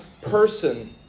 person